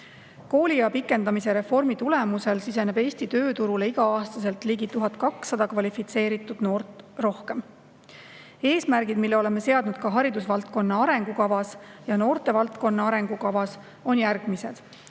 Kooliea pikendamise reformi tulemusel siseneb Eesti tööturule igal aastal ligi 1200 kvalifitseeritud noort rohkem. Eesmärgid, mis me oleme seadnud ka haridusvaldkonna arengukavas ja noortevaldkonna arengukavas, on järgmised: